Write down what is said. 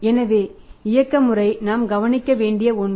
எனவே இயக்க முறை நாம் கவனிக்க வேண்டிய ஒன்று